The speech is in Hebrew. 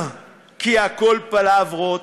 כי הכול "פלברות".